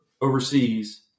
overseas